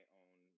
own